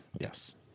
Yes